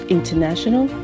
International